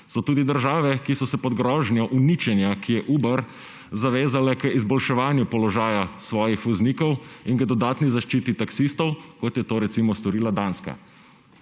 So tudi države, ki so se pod grožnjo uničenja, ki je Uber, zavezale k izboljševanju položaja svojih voznikov in k dodatni zaščiti taksistov, kot je to recimo storila Danska.